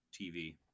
TV